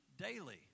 daily